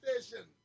station